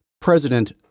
president